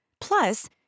Plus